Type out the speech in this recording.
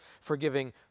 forgiving